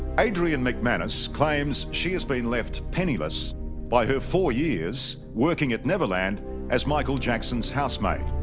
adrian mcmanus claims she has been left penniless by her four years working at neverland as michael jackson's house made